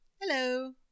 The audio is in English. Hello